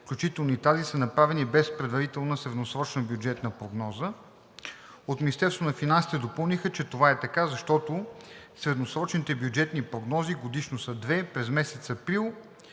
включително и тази, са направени без предварителна средносрочна бюджетна прогноза. От Министерството на финансите допълниха, че това е така, защото средносрочните бюджетни прогнози годишно са две - през месец април